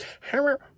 hammer